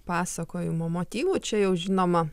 pasakojimo motyvų čia jau žinoma